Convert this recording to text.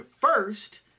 first